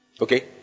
Okay